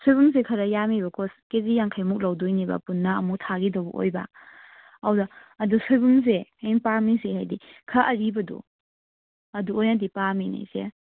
ꯁꯣꯏꯕꯨꯝꯁꯦ ꯈꯔ ꯌꯥꯝꯃꯦꯕꯀꯣ ꯀꯦꯖꯤ ꯌꯥꯡꯈꯩꯃꯨꯛ ꯂꯧꯗꯣꯏꯅꯦꯕ ꯄꯨꯟꯅ ꯑꯃꯨꯛ ꯊꯥꯈꯤꯗꯧꯕ ꯑꯣꯏꯕ ꯑꯗꯨꯗ ꯑꯗꯨ ꯁꯣꯏꯕꯨꯝꯁꯦ ꯑꯩꯅ ꯄꯥꯝꯃꯤꯁꯦ ꯍꯥꯏꯗꯤ ꯈꯔ ꯑꯔꯤꯕꯗꯣ ꯑꯗꯨ ꯑꯣꯏꯅꯗꯤ ꯄꯥꯝꯃꯤꯅꯦ ꯏꯆꯦ